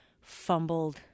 fumbled